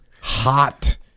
hot